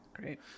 Great